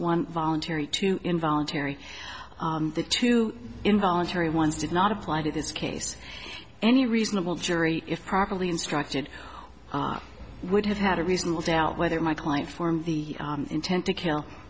one voluntary to involuntary the two involuntary ones did not apply to this case any reasonable jury if properly instructed would have had a reasonable doubt whether my client form the intent to kill